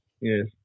Yes